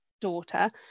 daughter